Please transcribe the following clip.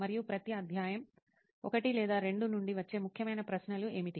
మరియు ప్రతి అధ్యాయం 1 లేదా 2 నుండి వచ్చే ముఖ్యమైన ప్రశ్నలు ఏమిటి